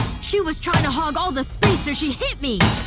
she was trying to hog all the space so she hit me!